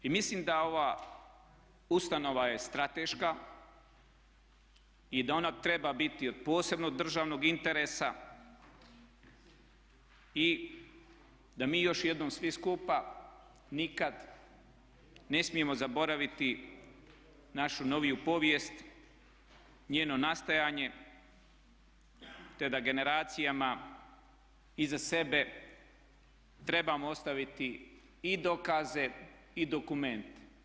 I mislim da ova ustanova je strateška i da ona treba biti od posebnog državnog interesa i da mi još jednom svi skupa nikad ne smijemo zaboraviti našu noviju povijest, njeno nastajanje, te da generacijama iza sebe trebamo ostaviti i dokaze i dokumente.